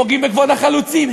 פוגעים בכבוד החלוצים.